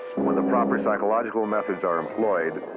when proper psychological methods are employed,